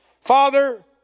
Father